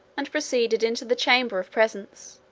and proceeded into the chamber of presence,